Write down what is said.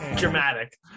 Dramatic